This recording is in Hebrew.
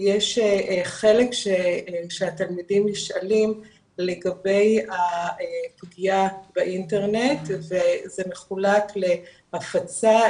יש חלק שהתלמידים נשאלים לגבי הפגיעה באינטרנט וזה מחולק להפצה,